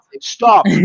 Stop